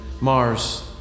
Mars